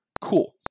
cool